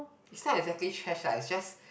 it's not exactly trash lah it's just